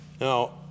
Now